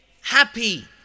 happy